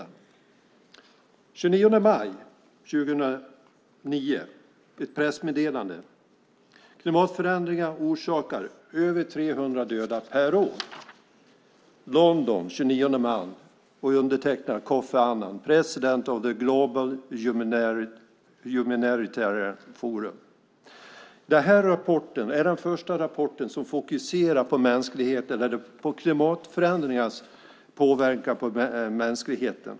Den 29 maj 2009 kom ett pressmeddelande: Klimatförändringar orsakar över 300 döda per år. Det är undertecknat i London den 29 maj av Kofi Annan, President of the Global Humanitarian Forum. Den rapporten är den första rapporten som fokuserar på klimatförändringars påverkan på mänskligheten.